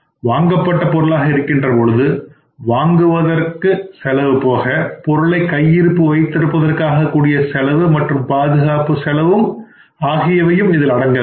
வாங்கப்பட்ட பொருளாக இருக்கின்ற போது வாங்குவதற்கான செலவு போக பொருளை கையிருப்பு வைத்திருப்பதற்காக கூடிய செலவு மற்றும் பாதுகாப்பு செலவும் ஆகியவையும் இதில் அடங்கும்